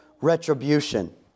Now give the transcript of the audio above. retribution